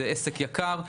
זה עסק יקר.